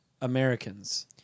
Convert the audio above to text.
Americans